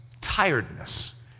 tiredness